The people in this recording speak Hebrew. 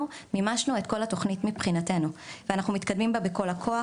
מימשנו את כל התוכנית מבחינתנו ואנחנו מתקדמים בה בכל הכוח.